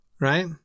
right